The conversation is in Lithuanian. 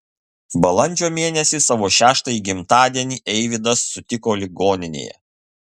balandžio mėnesį savo šeštąjį gimtadienį eivydas sutiko ligoninėje